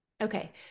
Okay